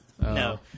No